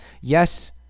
yes